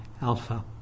Alpha